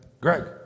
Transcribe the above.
Greg